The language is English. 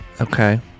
Okay